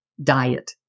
Diet